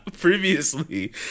Previously